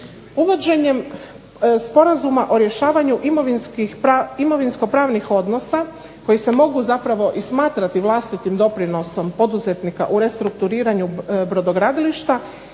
Uvođenjem sporazuma o rješavanju imovinsko-pravnih odnosa koji se mogu zapravo i smatrati vlastitim doprinosom poduzetnika u restrukturiranju brodogradilišta